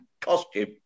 costume